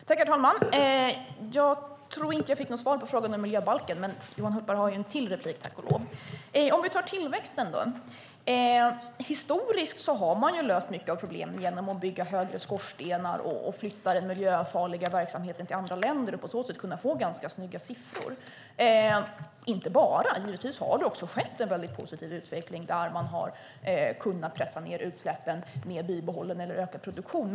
Herr talman! Jag tror inte att jag fick något svar på min fråga om miljöbalken, men Johan Hultberg har ju en till replik. När det gäller tillväxten har man historiskt sett löst mycket av problemen genom att bygga högre skorstenar och flytta den miljöfarliga verksamheten till andra länder och på så sätt kunnat få ganska snygga siffror. Men givetvis har det också skett en positiv utveckling där man kunnat pressa ned utsläppen med bibehållen eller ökad produktion.